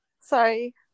Sorry